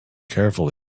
carefully